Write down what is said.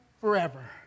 Forever